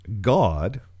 God